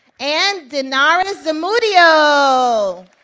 and dinaris zamudio.